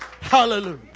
Hallelujah